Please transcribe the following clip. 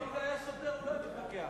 אם זה היה שוטר לא היית מתווכח.